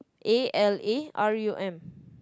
A L A R U M